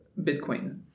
Bitcoin